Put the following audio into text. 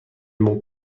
mon